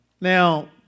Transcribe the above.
Now